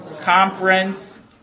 Conference